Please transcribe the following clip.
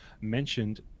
mentioned